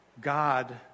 God